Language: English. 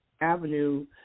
Avenue